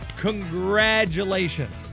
Congratulations